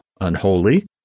unholy